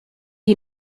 you